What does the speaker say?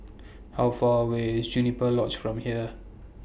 How Far away IS Juniper Lodge from here